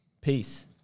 Peace